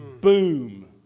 boom